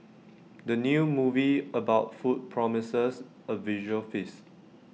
the new movie about food promises A visual feast